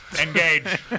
Engage